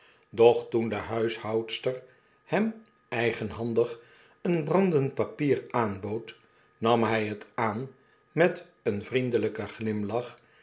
doch toen de huishoudster hem eigenhandig een brandend papier aanbood nam hy het aan met een vriendelyken giimlach